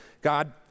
God